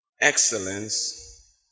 Excellence